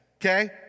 Okay